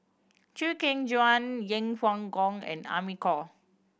Chew Kheng Chuan Yeng Pway Ngon and Amy Khor